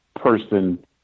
person